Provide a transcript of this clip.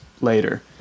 later